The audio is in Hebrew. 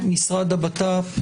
משרד הבט"פ,